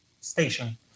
station